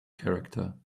character